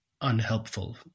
unhelpful